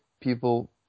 people